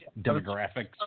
demographics